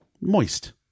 moist